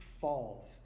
falls